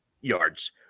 yards